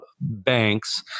banks